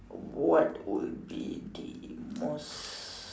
what would be the most